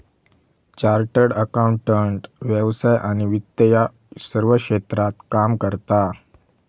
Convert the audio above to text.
chartered accountant व्यवसाय आणि वित्त या सर्व क्षेत्रात काम करता